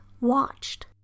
watched